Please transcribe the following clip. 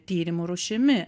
tyrimo rūšimi